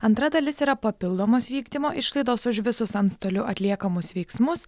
antra dalis yra papildomos vykdymo išlaidos už visus antstolių atliekamus veiksmus